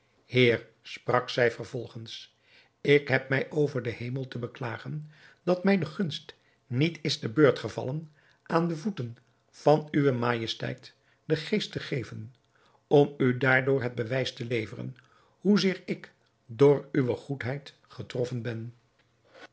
heer sprak zij vervolgens ik heb mij over den hemel te beklagen dat mij de gunst niet is te beurt gevallen aan de voeten van uwe majesteit den geest te geven om u daardoor het bewijs te leveren hoezeer ik door uwe goedheid getroffen ben